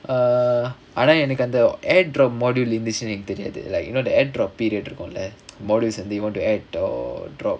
err ஆனா எனக்கு அந்த:aanaa enakku antha add drop module இருந்துச்சுனு எனக்கு தெரியாது:irunthuchunu enakku theriyaathu like you know the add drop period இருக்கும்லே:irukkumlae modules you want to add or drop